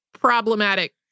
problematic